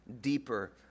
deeper